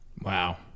Wow